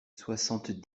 soixante